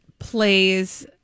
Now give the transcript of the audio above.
plays